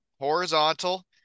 horizontal